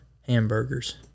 Hamburgers